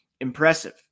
impressive